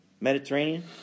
Mediterranean